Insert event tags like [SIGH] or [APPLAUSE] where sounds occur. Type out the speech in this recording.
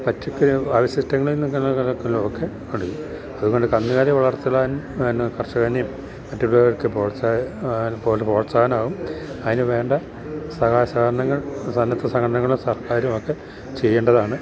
പച്ചക്കറി അവശിഷ്ടങ്ങളില് നിന്നൊക്കെ [UNINTELLIGIBLE] ഉണ്ട് അതുകൊണ്ട് കന്നുകാലി വളർത്തലിനും പിന്നെ കർഷകനെയും മറ്റുള്ളവരെയൊക്കെ പോലെ പ്രോത്സാഹനമാകും അതിനുവേണ്ട സഹായസഹകരണങ്ങൾ സന്നദ്ധ സംഘടനങ്ങളും സർക്കാരുമൊക്കെ ചെയ്യേണ്ടതാണ്